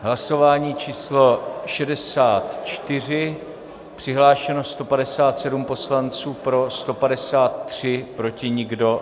Hlasování číslo 64, přihlášeno 157 poslanců, pro 153, proti nikdo.